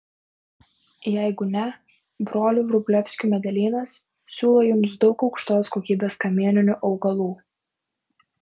jeigu ne brolių vrublevskių medelynas siūlo jums daug aukštos kokybės kamieninių augalų